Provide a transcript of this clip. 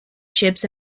ships